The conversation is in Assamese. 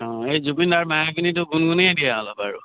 অঁ এই জুবিনৰ মায়াবিনীটো গুণগুনাই দিয়া অলপ আৰু